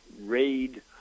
raid